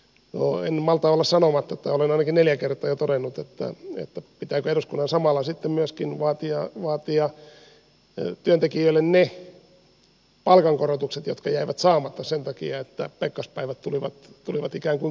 no en malta olla sanomatta että olen ainakin neljä kertaa jo todennut että pitääkö eduskunnan samalla sitten myöskin vaatia työntekijöille ne palkankorotukset jotka jäivät saamatta sen takia että pekkaspäivät tulivat ikään kuin kompensoimaan sitä